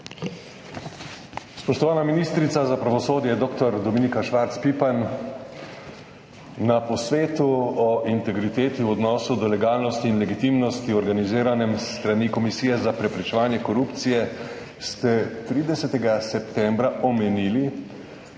Spoštovana ministrica za pravosodje dr. Dominika Švarc Pipan! Na posvetu o integriteti v odnosu do legalnosti in legitimnosti, organiziranem s strani Komisije za preprečevanje korupcije, ste 30. septembra omenili,